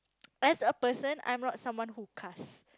as a person I'm not someone who cuss